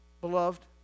Beloved